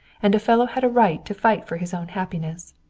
and a fellow had a right to fight for his own happiness.